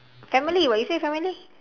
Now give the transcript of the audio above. family [what] you say family